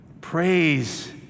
praise